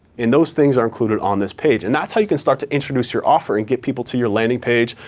and those things are included on this page. and that's how you can start to introduce your offer and get people to your landing page,